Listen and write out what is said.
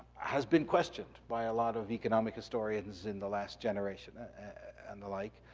has been questioned by a lot of economic historians in the last generation and the like.